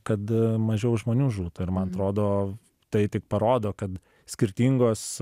kad mažiau žmonių žūtų ir man atrodo tai tik parodo kad skirtingos